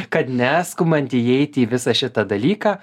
kad neskubant įeiti į visą šitą dalyką